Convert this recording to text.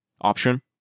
option